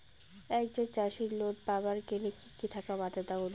একজন চাষীর লোন পাবার গেলে কি কি থাকা বাধ্যতামূলক?